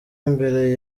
imbere